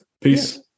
Peace